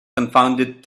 confounded